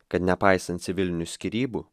kad nepaisant civilinių skyrybų